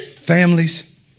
families